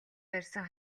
барьсан